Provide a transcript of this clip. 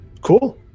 Cool